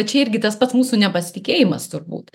čia irgi tas pats mūsų nepasitikėjimas turbūt